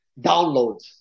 downloads